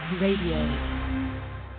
Radio